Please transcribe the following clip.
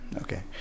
okay